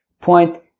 point